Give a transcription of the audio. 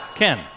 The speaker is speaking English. Ken